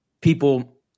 people